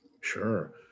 Sure